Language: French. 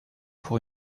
pour